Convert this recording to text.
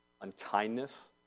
unkindness